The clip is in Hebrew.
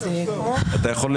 הייתי ראש עיר,